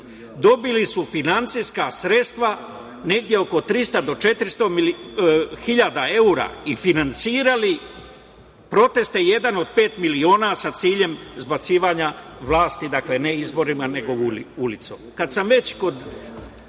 dobili su finansijska sredstva negde oko 300 do 400 hiljada evra i finansirali proteste „Jedan od pet miliona“ sa ciljem zbacivanja vlasti ne izborima nego ulicom. Kad